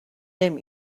them